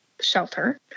shelter